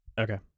Okay